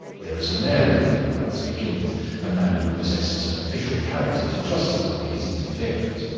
there is a mayor in wildbad, to begin with a man who possesses an official character to justify his interference.